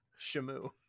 Shamu